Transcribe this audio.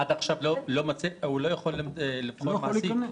עד עכשיו הוא לא יכול היה לבחור מעסיק.